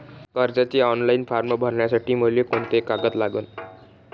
कर्जाचे online form भरासाठी मले कोंते कागद लागन?